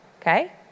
okay